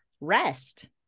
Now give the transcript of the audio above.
rest